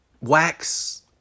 wax